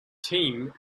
team